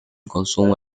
consumo